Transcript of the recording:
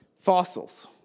Fossils